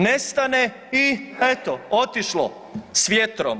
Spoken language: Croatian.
Nestane i eto otišlo s vjetrom.